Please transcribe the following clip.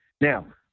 Now